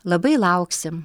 labai lauksim